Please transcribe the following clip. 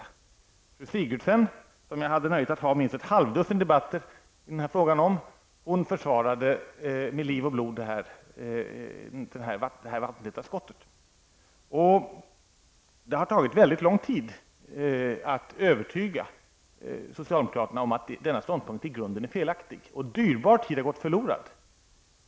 Fru Sigurdsen, som jag hade möjlighet att ha minst ett halvdussin debatter med i den här frågan, försvarade med liv och blod det vattentäta skottet. Det har tagit mycket lång tid att övertyga socialdemokraterna om att denna ståndpunkt i grunden är felaktig. Dyrbar tid har gått förlorad.